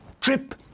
Trip